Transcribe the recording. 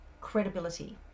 credibility